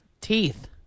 teeth